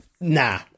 nah